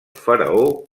faraó